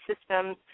systems